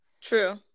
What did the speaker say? true